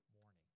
morning